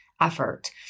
effort